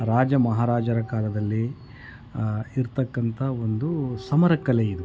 ರಾಜ ಮಹಾರಾಜರ ಕಾಲದಲ್ಲಿ ಇರ್ತಕ್ಕಂತ ಒಂದು ಸಮರ ಕಲೆ ಇದು